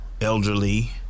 elderly